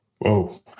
Whoa